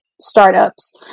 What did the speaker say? startups